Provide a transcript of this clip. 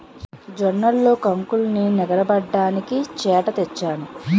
జొన్నల్లో కొంకుల్నె నగరబడ్డానికి చేట తెచ్చాను